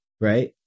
right